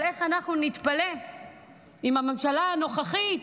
אבל איך אנחנו נתפלא אם הממשלה הנוכחית,